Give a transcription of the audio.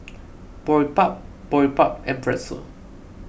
Boribap Boribap and Pretzel